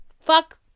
fuck